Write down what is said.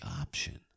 option